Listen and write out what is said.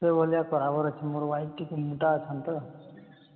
ସେ ଭଲିଆ କରାବାର ଅଛେ ତ ମୋର ୱାଇଫ୍ ଟିକେ ମୋଟା ଅଛନ୍ ତ